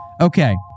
Okay